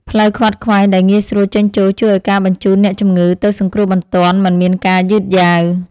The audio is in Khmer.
ផ្លូវខ្វាត់ខ្វែងដែលងាយស្រួលចេញចូលជួយឱ្យការបញ្ជូនអ្នកជំងឺទៅសង្គ្រោះបន្ទាន់មិនមានការយឺតយ៉ាវ។